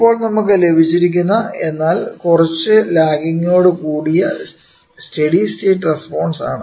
ഇപ്പോൾ നമുക്ക് ലഭിച്ചിരിക്കുന്ന എന്നാൽ കുറച്ചു ലാഗിങ്ങോട് കൂടിയ സ്റ്റെഡി സ്റ്റേറ്റ് റെസ്പോൺസ് ആണ്